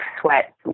sweat